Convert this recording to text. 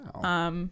Wow